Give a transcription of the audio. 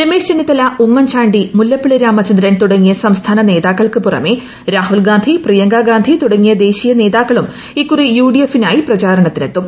രമേശ് ചെന്നിത്തല ഉമ്മൻ ചാണ്ടി മുല്ലപ്പള്ളി രാമചന്ദ്രൻ തുടങ്ങിയ സംസ്ഥാന നേതാക്കൾക്കു പുറമേ രാഹുൽഗാന്ധി പ്രിയങ്കാഗാന്ധി തുടങ്ങിയ ദേശീയ നേതാക്കളും ഇക്കുറി യുഡിഎഫിനായി പ്രചാരണത്തിന്റെത്തും